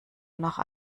nach